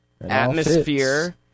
Atmosphere